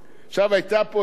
תודה רבה, חבר הכנסת ברכה,